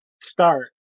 start